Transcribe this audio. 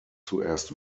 zuerst